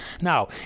Now